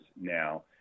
now